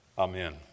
Amen